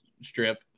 strip